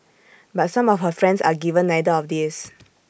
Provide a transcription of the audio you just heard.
but some of her friends are given neither of these